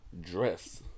dress